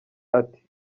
ati